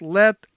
let